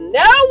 no